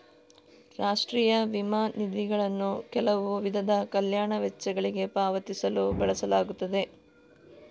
ರಾಷ್ಟ್ರೀಯ ವಿಮಾ ನಿಧಿಗಳನ್ನು ಕೆಲವು ವಿಧದ ಕಲ್ಯಾಣ ವೆಚ್ಚಗಳಿಗೆ ಪಾವತಿಸಲು ಬಳಸಲಾಗುತ್ತದೆ